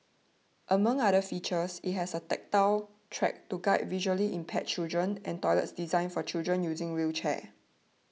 among other features it has a tactile track to guide visually impaired children and toilets designed for children using wheelchairs